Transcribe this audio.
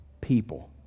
people